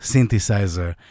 Synthesizer